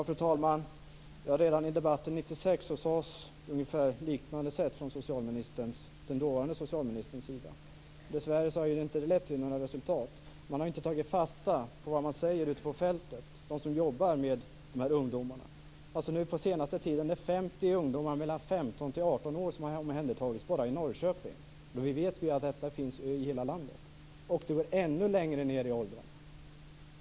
Fru talman! Redan i debatten 1996 sades det på ungefär samma sätt från den dåvarande socialministerns sida. Dessvärre har det inte lett till några resultat. Man har inte tagit fasta på vad de som jobbar ute på fältet med de här ungdomarna säger. Nu på senaste tiden är det 50 ungdomar mellan 15 och 18 år som har omhändertagits bara i Norrköping, och då vet vi att detta finns i hela landet. Det går också ännu längre ned i åldrarna.